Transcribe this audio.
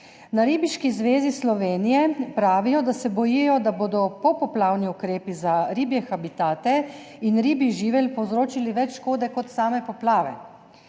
Na Ribiški zvezi Slovenije pravijo, da se bojijo, da bodo popoplavni ukrepi za ribje habitate in ribji živelj povzročili več škode kot same poplave.